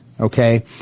Okay